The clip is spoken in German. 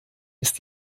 ist